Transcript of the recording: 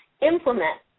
implement